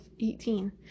18